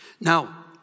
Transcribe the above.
Now